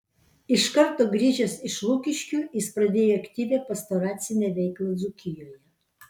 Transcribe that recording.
iš karto grįžęs iš lukiškių jis pradėjo aktyvią pastoracinę veiklą dzūkijoje